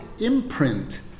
imprint